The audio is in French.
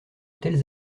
telles